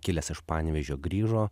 kilęs iš panevėžio grįžo